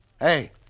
Hey